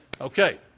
Okay